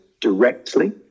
directly